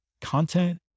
content